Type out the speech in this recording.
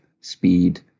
Speed